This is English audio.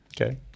Okay